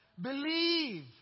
Believe